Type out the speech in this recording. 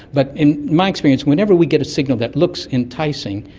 but in my experience whenever we get a signal that looks enticing,